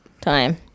time